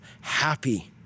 happy